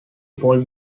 pull